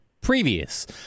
previous